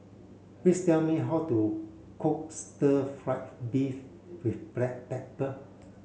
please tell me how to cook stir fry beef with black pepper